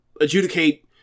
adjudicate